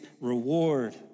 reward